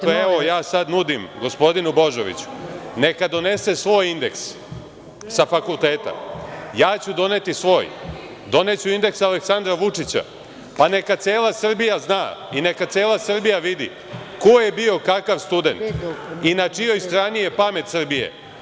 Dakle, evo ja sad nudim gospodinu Božoviću, neka donese svoj indeks sa fakulteta, ja ću doneti svoj, doneću indeks Aleksandra Vučića, pa neka cela Srbija zna i neka cela Srbija vidi ko je bio kakav student i na čijoj strani je pamet Srbije.